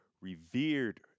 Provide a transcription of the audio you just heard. revered